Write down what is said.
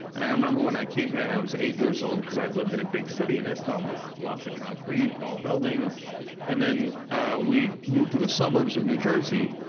and i remember when i came here, and i was eight years old, because i had lived in a big city, in istanbul lots of concrete, tall buildings and then we moved to the suburbs of new jersey,